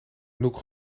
anouk